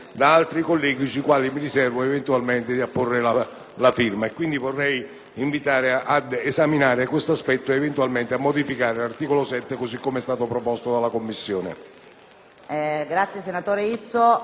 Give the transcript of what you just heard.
firma. Vorrei invitare ad esaminare questo aspetto ed eventualmente a modificare l'articolo 7 così com'è stato proposto dalla Commissione.